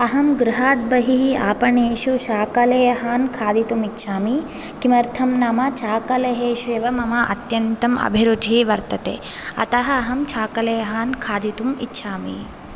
अहं गृहात् बहिः आपणेषु चाकलेहान् खादितुम् इच्छामि किमर्थं नाम चाकलेहेषु एव मम अत्यन्तम् अभिरुचिः वर्तते अतः अहं चाकलेहान् खादितुम् इच्छामि